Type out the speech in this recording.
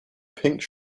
pink